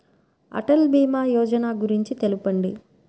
అటల్ భీమా యోజన గురించి తెలుపండి?